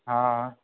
हँ